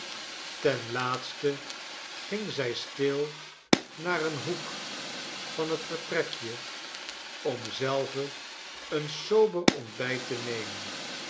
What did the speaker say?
ten laatste ging zij stil naar een hoek van het vertrekje om zelve een sober ontbijt te nemen